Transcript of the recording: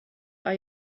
are